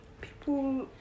people